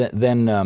then